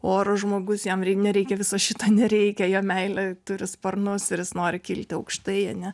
oro žmogus jam rei nereikia viso šito nereikia jam meilė turi sparnus ir jis nori kilti aukštai ane